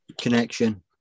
Connection